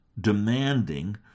demanding